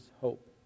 hope